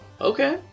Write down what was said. Okay